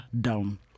down